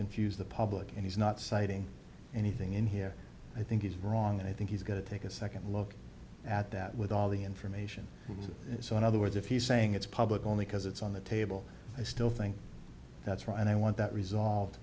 confuse the public and he's not citing anything in here i think is wrong and i think he's going to take a second look at that with all the information so in other words if he's saying it's public only because it's on the table i still think that's wrong and i want that resolved